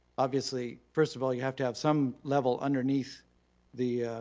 obviously first of all you have to have some level underneath the,